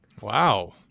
Wow